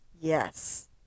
yes